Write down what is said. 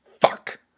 fuck